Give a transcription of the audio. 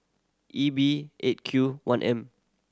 E B Eight Q one M